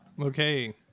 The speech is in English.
Okay